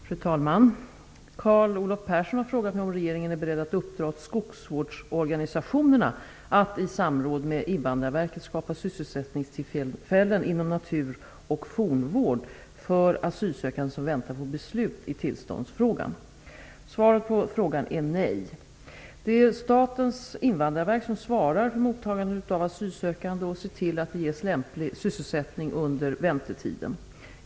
Fru talman! Carl Olov Persson har frågat mig om regeringen är beredd att uppdra åt skogsvårdsorganisationerna att i samråd med Invandrarverket skapa sysselsättningstillfällen inom natur och fornvård för asylsökande som väntar på beslut i tillståndsfrågan. Svaret på frågan är nej. Det är Statens indvandrarverk som svarar för mottagandet av asylsökande och ser till att de ges lämplig sysselsättning under väntetiden.